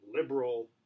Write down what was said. liberal